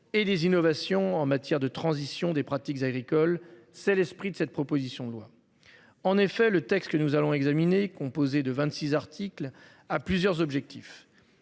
et les innovations en matière de transition des pratiques agricoles. C'est l'esprit de cette proposition de loi. En effet, le texte que nous allons examiner, composé de 26 articles à plusieurs objectifs.